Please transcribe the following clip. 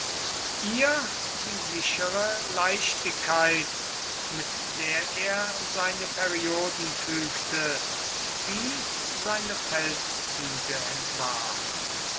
ihr die sichere leichtigkeit mit der er seine perioden fügte wie seine feldzüge entwarf